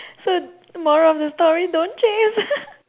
so moral of the story don't chase